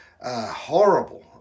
Horrible